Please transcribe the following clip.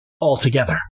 altogether